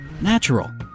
Natural